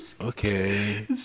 okay